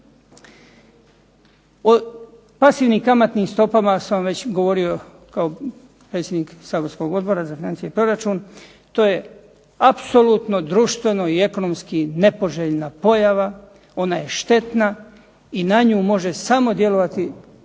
O pasivnim kamatnim stopama sam već govorio kao predsjednik saborskog Odbora za financije i proračun. To je apsolutno društveno i ekonomski nepoželjna pojava, ona je štetna i na nju može samo djelovati